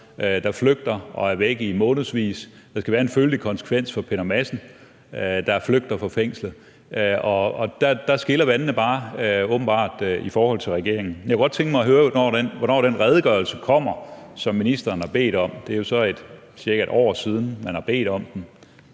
der flygter og er væk i månedsvis. Der skal være en følelig konsekvens for Peter Madsen, der flygter fra fængslet. Og der skiller vandene åbenbart bare i forhold til regeringen. Jeg kunne godt tænke mig at høre, hvornår den redegørelse kommer, som ministeren har bedt om. Det er jo så cirka et år siden, man har bedt om den.